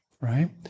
Right